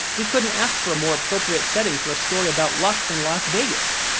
we couldn't ask for a more appropriate setting for a story about luck than las vegas.